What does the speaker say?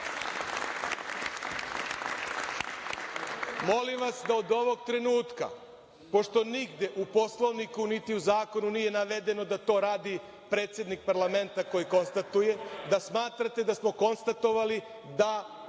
vas da od ovog trenutka, pošto nigde u Poslovniku, niti u zakonu nije navedeno da to radi predsednik parlamenta koji konstatuje, da smatrate da smo konstatovali da